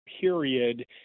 period